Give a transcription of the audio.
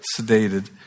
sedated